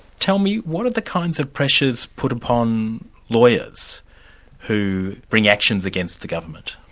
tell me, what are the kinds of pressures put upon lawyers who bring actions against the government?